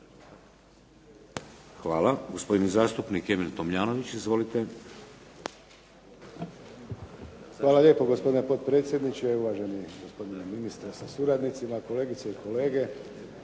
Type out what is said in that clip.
Hvala. Gospodin zastupnik Emil Tomljanović. Izvolite. **Tomljanović, Emil (HDZ)** Hvala lijepo gospodine potpredsjedniče, uvaženi gospodine ministre sa suradnicima, kolegice i kolege.